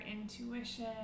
intuition